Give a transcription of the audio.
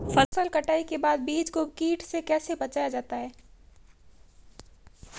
फसल कटाई के बाद बीज को कीट से कैसे बचाया जाता है?